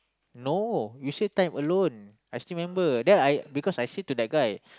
no you said time alone I still remember then I because I said to that guy